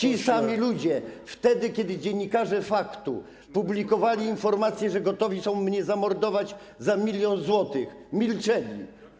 Ci sami ludzie, wtedy, kiedy dziennikarze „Faktu” publikowali informacje, że gotowi są mnie zamordować za milion złotych, milczeli.